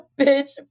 bitch